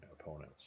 opponents